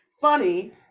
Funny